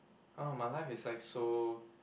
ah my life is like so